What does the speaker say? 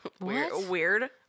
weird